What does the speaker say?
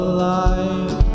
Alive